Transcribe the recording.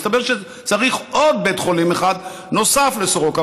מסתבר שצריך עוד בית חולים אחד נוסף על סורוקה.